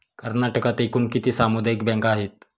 कर्नाटकात एकूण किती सामुदायिक बँका आहेत?